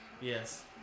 Yes